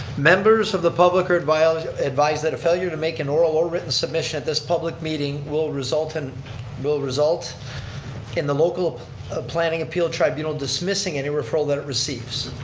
members of the public are advised advised that a failure to make an oral or written submission at this public meeting will result and will result in the local ah planning appeal tribunal dismissing any referral that it receives.